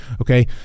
Okay